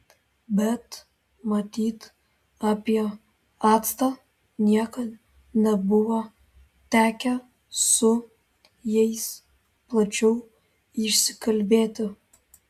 bet matyt apie actą niekad nebuvo tekę su jais plačiau išsikalbėti